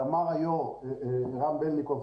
אמר כאן קודם רם בלניקוב